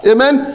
Amen